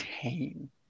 tame